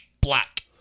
black